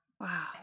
Wow